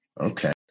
okay